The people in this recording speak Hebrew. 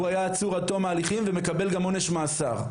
הוא היה עצור עד תום ההליכים וגם מקבל עונש מאסר.